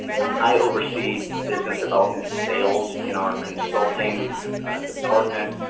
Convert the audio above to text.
i oversee business development sales in our consulting department.